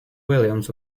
williams